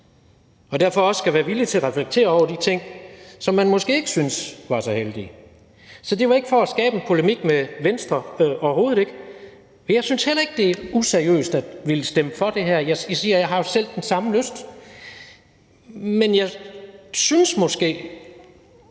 skal man også være villig til at reflektere over de ting, som man måske ikke synes var så heldige. Så det var ikke for at skabe en polemik med Venstre, overhovedet ikke, og jeg synes heller ikke, at det er useriøst at ville stemme for det her. Jeg siger, at jeg jo selv har den samme lyst. Men jeg synes måske,